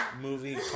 movie